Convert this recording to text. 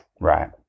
Right